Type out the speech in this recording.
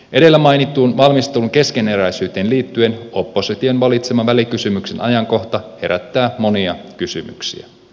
edellä mainittuun valmistelun keskeneräisyyteen liittyen opposition valitsema välikysymyksen ajankohta herättää monia kysymyksiä